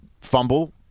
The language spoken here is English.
fumble